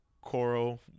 coral